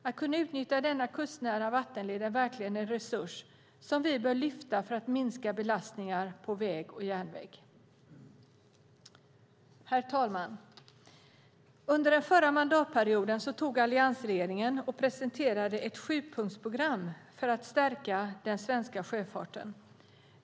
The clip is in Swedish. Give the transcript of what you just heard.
Möjligheten att utnyttja denna kustnära vattenled är verkligen en resurs som vi bör lyfta fram för att minska belastningen på väg och järnväg. Herr talman! Under förra mandatperioden presenterade alliansregeringen ett sjupunktsprogram för att stärka den svenska sjöfarten.